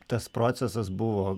tas procesas buvo